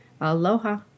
Aloha